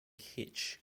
hitch